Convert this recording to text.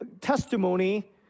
testimony